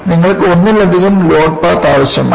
നിങ്ങൾക്ക് ഒന്നിലധികം load path ആവശ്യമാണ്